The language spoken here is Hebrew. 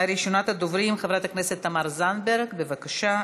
ראשונת הדוברים, חברת הכנסת תמר זנדברג, בבקשה.